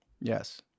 yes